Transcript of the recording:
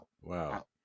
wow